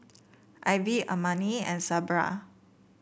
Ivy Armani and Sabra